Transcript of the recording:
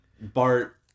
Bart